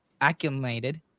accumulated